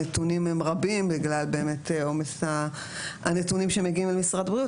הנתונים הם רבים בגלל באמת עומס הנתונים שמגיעים אל משרד הבריאות.